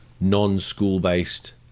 non-school-based